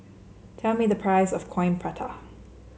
tell me the price of Coin Prata